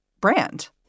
brand